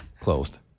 closed